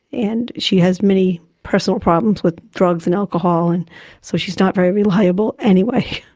and she has many personal problems with drugs and alcohol and so she's not very reliable anyway.